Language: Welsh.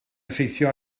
effeithio